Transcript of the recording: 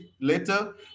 later